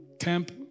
camp